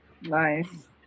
Nice